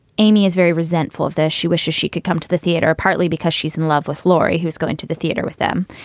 amy is very resentful of this. she wishes she could come to the theater, partly because she's in love with laura, who's going to the theater with them,